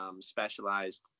specialized